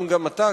אם גם אתה,